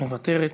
מוותרת,